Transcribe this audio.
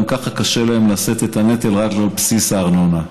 גם ככה קשה להן לשאת את הנטל רק על בסיס הארנונה,